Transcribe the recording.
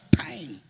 time